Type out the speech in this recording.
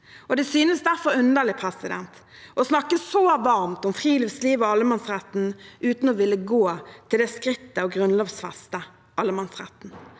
Det synes derfor underlig å snakke så varmt om friluftsliv og allemannsretten uten å ville gå til det skrittet å grunnlovfeste allemannsretten.